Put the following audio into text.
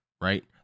right